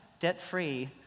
Debt-free